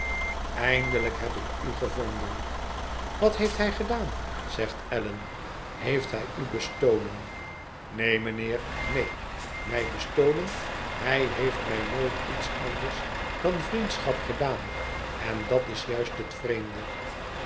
eindelijk heb ik u gevonden wat heeft hij gedaan zegt allan heeft hij u bestolen neen mijnheer neen mij bestolen hij heeft mij nooit iets anders dan vriendschap gedaan en dat is juist het vreemde